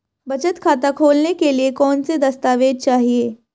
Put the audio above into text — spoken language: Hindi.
बचत खाता खोलने के लिए कौनसे दस्तावेज़ चाहिए?